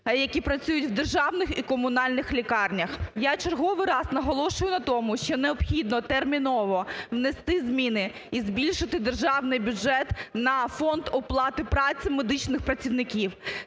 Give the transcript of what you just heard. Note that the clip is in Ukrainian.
які працюють в державних і комунальних лікарнях. Я в черговий раз наголошую на тому, що необхідно терміново внести зміни і збільшити державний бюджет на фонд оплати праці медичних працівників.